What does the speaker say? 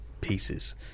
pieces